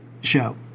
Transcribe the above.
show